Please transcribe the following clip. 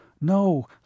no